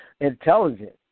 intelligent